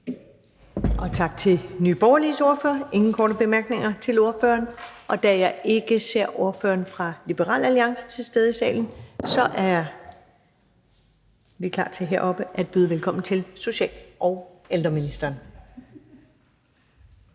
Tak til Nye Borgerliges ordfører. Der er ingen korte bemærkninger til ordføreren. Da jeg ikke ser ordføreren for Liberal Alliance til stede i salen, er vi klar til heroppe at byde velkommen til social- og ældreministeren.